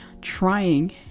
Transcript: Trying